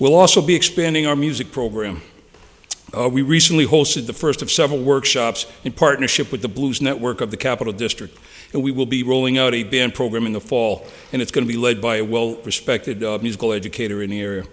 we'll also be expanding our music program we recently hosted the first of several workshops in partnership with the blues network of the capital district and we will be rolling out a band program in the fall and it's going to be led by a well respected musical educator in the